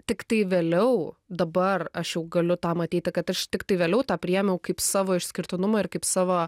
tiktai vėliau dabar aš jau galiu tą matyti kad aš tiktai vėliau tą priėmiau kaip savo išskirtinumą ir kaip savo